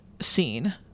scene